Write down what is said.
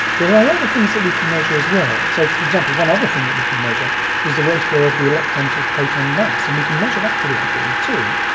there are other things that we can measure as well. so for example, one other thing that we can measure is the ratio of the electron to proton mass and we can measure that pretty accurately too,